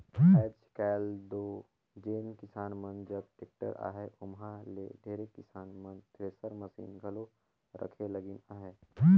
आएज काएल दो जेन किसान मन जग टेक्टर अहे ओमहा ले ढेरे किसान मन थेरेसर मसीन घलो रखे लगिन अहे